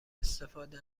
استفاده